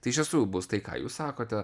tai iš tiesų bus tai ką jūs sakote